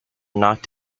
knocked